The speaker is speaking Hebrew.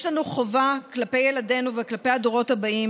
יש לנו חובה כלפי ילדינו וכלפי הדורות הבאים